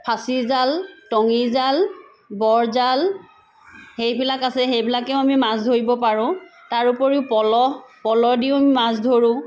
ফাঁচি জাল টঙী জাল বৰজাল সেইবিলাক আছে সেইবিলাকেও আমি মাছ ধৰিব পাৰো তাৰ উপৰিও পলহ পল দিও আমি মাছ ধৰো